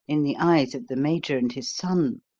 in the eyes of the major and his son.